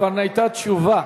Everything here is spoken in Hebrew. כבר היתה תשובה.